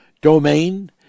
domain